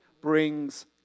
brings